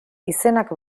izenak